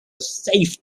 safe